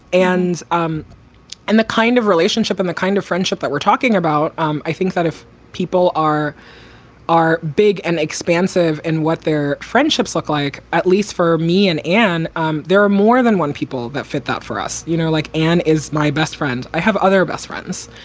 and um and the kind of relationship and the kind of friendship that we're talking about. um i think that if people are are big and expansive and what their friendships look like, at least for me and and um there are more than one people that fit that for us, you know, like ann is my best friend. i have other best friends.